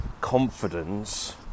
confidence